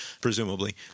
presumably